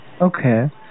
Okay